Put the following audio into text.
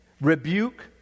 rebuke